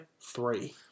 three